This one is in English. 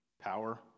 power